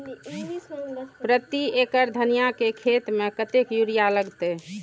प्रति एकड़ धनिया के खेत में कतेक यूरिया लगते?